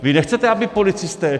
Vy nechcete, aby policisté?